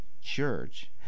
church